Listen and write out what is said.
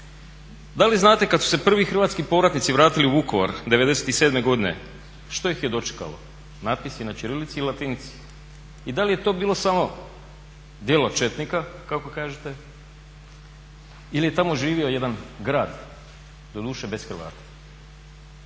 da li znate kada su se prvi hrvatski povratnici vratili u Vukovar '97. godine, što ih je dočekalo? Natpisi na ćirilici i latinici. I da li je to bilo samo djelo četnika kako kažete ili je tamo živio jedan grad, doduše bez Hrvata?